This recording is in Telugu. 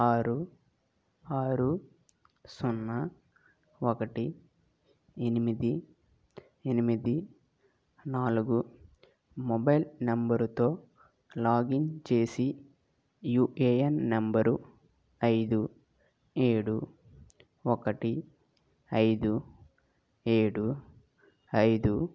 ఆరు ఆరు సున్న ఒక్కటి ఎనిమిది ఎనిమిది నాలుగు నంబరుతో లాగిన్ చేసి యూఏఎన్ నంబరు ఐదు ఏడు ఒక్కటి ఐదు ఏడు ఐదు